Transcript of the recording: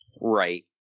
Right